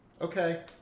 okay